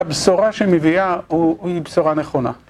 הבשורה שמביאה, היא בשורה נכונה